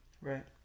Right